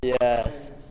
Yes